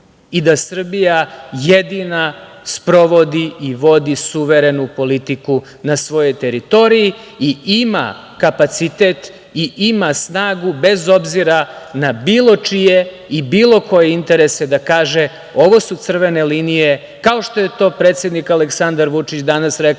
i da Srbija jedina sprovodi i vodi suverenu politiku na svojoj teritoriji i ima kapacitet i ima snagu, bez obzira na bilo čije i bilo koje interese, da kaže – ovo su crvene linije, kao što je to predsednik Aleksandar Vučić danas rekao